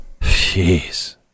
Jeez